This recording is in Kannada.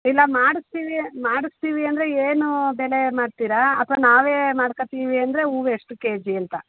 ಇಲ್ಲ ಮಾಡಿಸ್ತೀವಿ ಮಾಡಿಸ್ತೀವಿ ಅಂದರೆ ಏನು ಬೆಲೆ ಮಾಡ್ತೀರಾ ಅಥ್ವಾ ನಾವೇ ಮಾಡ್ಕೊತೀವಿ ಅಂದರೆ ಹೂವ್ ಎಷ್ಟು ಕೆಜಿ ಅಂತ